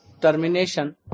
termination